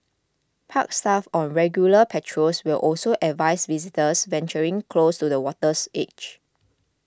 park staff on regular patrols will also advise visitors venturing close to the water's edge